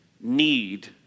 need